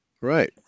Right